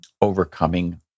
overcoming